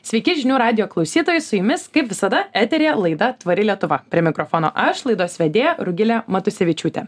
sveiki žinių radijo klausytojai su jumis kaip visada eteryje laida tvari lietuva prie mikrofono aš laidos vedėja rugilė matusevičiūtė